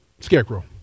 Scarecrow